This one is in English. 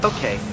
Okay